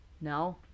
No